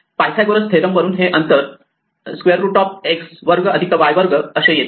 Pythagoras theorem Pythagoras theorem वरून हे अंतर √x2 y2 असे येते